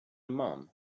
mom